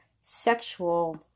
sexual